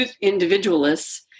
individualists